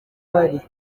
bari